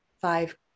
five